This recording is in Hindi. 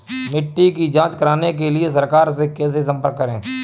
मिट्टी की जांच कराने के लिए सरकार से कैसे संपर्क करें?